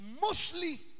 mostly